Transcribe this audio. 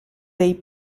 dei